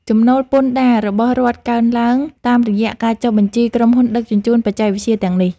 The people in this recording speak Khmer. ចំណូលពន្ធដាររបស់រដ្ឋកើនឡើង តាមរយៈការចុះបញ្ជីក្រុមហ៊ុនដឹកជញ្ជូនបច្ចេកវិទ្យាទាំងនេះ។